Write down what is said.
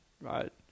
right